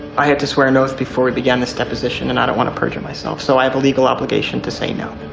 i had to swear an oath before we began this deposition and i don't want to perjure myself so i have a legal obligation to say no.